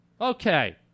Okay